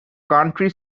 county